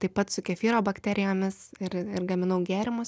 taip pat su kefyro bakterijomis ir ir gaminau gėrimus